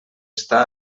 està